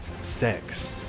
sex